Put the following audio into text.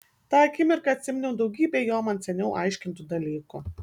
tą akimirką atsiminiau daugybę jo man seniau aiškintų dalykų